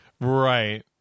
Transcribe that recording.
Right